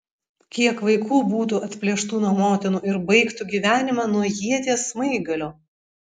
kiek vaikų būtų atplėštų nuo motinų ir baigtų gyvenimą nuo ieties smaigalio